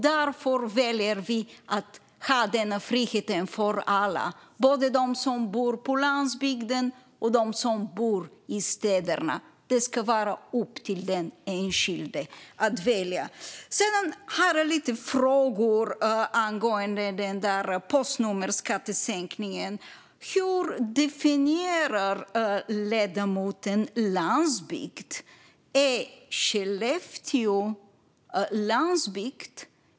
Därför väljer vi att ha denna frihet för alla, både för dem som bor på landsbygden och för dem som bor i städerna. Det ska vara upp till den enskilda att välja. Sedan har jag några frågor angående denna postnummerskattesänkning. Hur definierar ledamoten landsbygd? Är Skellefteå landsbygd?